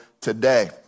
today